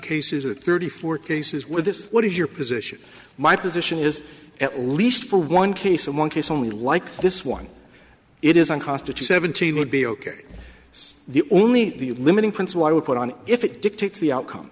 cases or thirty four cases where this what is your position my position is at least for one case among case only like this one it isn't costa to seventeen would be ok the only the limiting principle i would put on if it dictates the outcome